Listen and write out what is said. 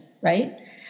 right